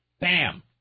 Bam